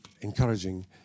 encouraging